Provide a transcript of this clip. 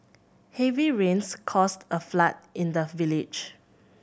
heavy rains caused a flood in the village